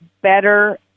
better